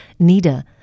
NIDA